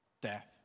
death